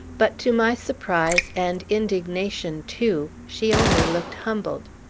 but, to my surprise, and indignation too, she only looked humbled.